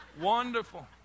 Wonderful